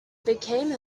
became